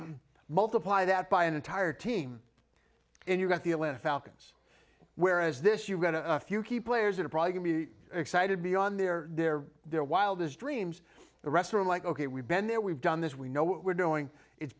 multiply that by an entire team and you've got the atlanta falcons whereas this you've got a few key players that are probably going to be excited beyond their their their wildest dreams the rest room like ok we've been there we've done this we know what we're doing it's